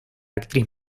actriz